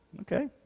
okay